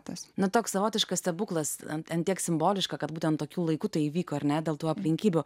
tas na toks savotiškas stebuklas ant ant tiek simboliška kad būtent tokiu laiku tai įvyko ar ne dėl tų aplinkybių